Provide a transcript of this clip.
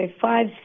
five